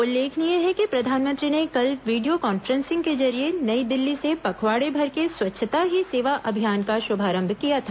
उल्लेखनीय है कि प्रधानमंत्री ने कल वीडियो कॉन्फ्रेंसिंग के जरिये नई दिल्ली से पखवाड़े भर के स्वच्छता ही सेवा अभियान का शुभारंभ किया था